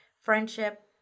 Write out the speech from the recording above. friendship